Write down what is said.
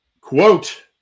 quote